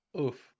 Oof